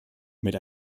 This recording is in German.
mit